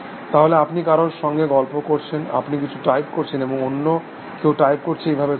তাহলে আপনি কারোর সঙ্গে গল্প করছেন আপনি কিছু টাইপ করছেন এবং অন্য কেউ টাইপ করছে এইভাবে চলছে